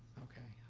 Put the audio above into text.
okay.